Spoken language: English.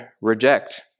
reject